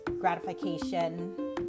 gratification